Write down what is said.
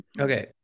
Okay